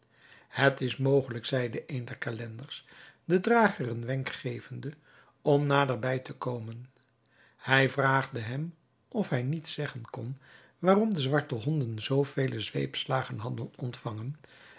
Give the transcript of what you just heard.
het is mogelijk zeide een der calenders den drager een wenk gevende om naderbij te komen hij vraagde hem of hij niet zeggen kon waarom de zwarte honden zoovele zweepslagen hadden ontvangen